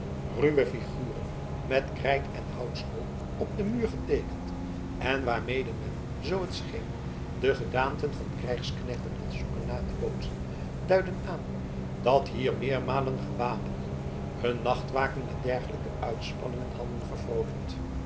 ruwe figuren met krijt en houtskool op den muur geteekend en waarmede men zoo het scheen de gedaanten van krijgsknechten had zoeken na te bootsen duidden aan dat hier meermalen gewapenden hun nachtwaken met dergelijke uitspanningen hadden